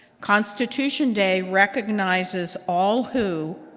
constitution day recognizes all who,